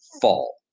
fall